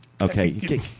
Okay